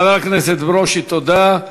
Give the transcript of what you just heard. חבר הכנסת ברושי, תודה.